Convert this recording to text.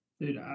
Dude